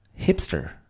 hipster